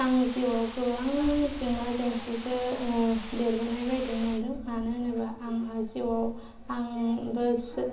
आं जिउआव गोबां जेंना जेंसिजो देरबोनाय बायदि मोन्दों मानो होनोबा आंहा जिउआव आं